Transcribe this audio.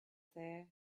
there